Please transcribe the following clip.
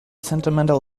sentimental